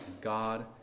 God